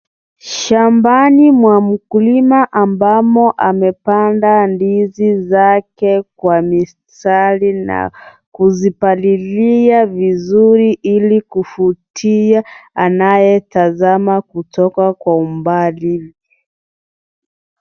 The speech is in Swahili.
Shambani mwa mkulima ambamo amepanda ndizi zake kwa mistari na kuzipalilia vizuri ilikuvutia anayetazama kutoka kwa umbali.